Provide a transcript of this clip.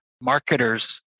marketers